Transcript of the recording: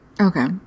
Okay